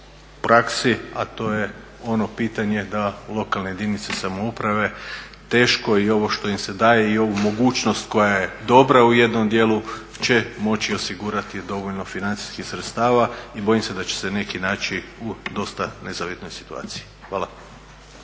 a to je ono pitanje da lokalne jedinice samouprave teško i ovo što im se daje i ovu mogućnost koja je dobra u jednom dijelu će moći osigurati dovoljno financijskih sredstava i bojim se da će se neki naći u dosta … situaciji. Hvala.